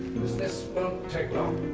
this won't take long.